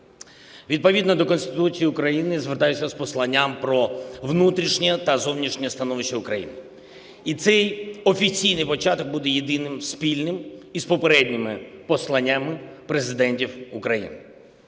Відповідно до Конституції України звертаюся з Посланням про внутрішнє та зовнішнє становище України. І цей офіційний початок буде єдиним спільним із попередніми посланнями Президентів України.